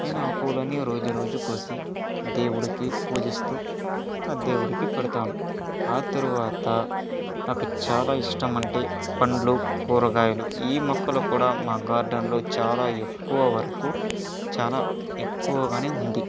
నేను ఆ పూలన్నీ రోజు రోజు కోసి దేవుడికి పూజిస్తూ ఆ దేవుడికి పెడతాను ఆ తరువాత నాకు చాలా ఇష్టం అంటే పండ్లు కూరగాయలు ఈ మొక్కలు కూడా మా గార్డెన్ లో చాలా ఎక్కువ వరకు చాలా ఎక్కువగానే ఉంది